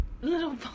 Little